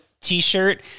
T-shirt